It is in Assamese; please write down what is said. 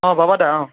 অঁ বাবা দা অঁ